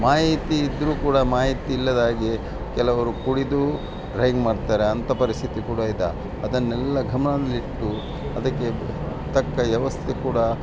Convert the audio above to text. ಮಾಹಿತಿ ಇದ್ದರೂ ಕೂಡ ಮಾಹಿತಿ ಇಲ್ಲದ್ಹಾಗೆ ಕೆಲವರು ಕುಡಿದು ಡ್ರೈವಿಂಗ್ ಮಾಡ್ತಾರೆ ಅಂತಹ ಪರಿಸ್ಥಿತಿ ಕೂಡ ಇದೆ ಅದನ್ನೆಲ್ಲ ಗಮನದಲ್ಲಿಟ್ಟು ಅದಕ್ಕೆ ತಕ್ಕ ವ್ಯವಸ್ಥೆ ಕೂಡ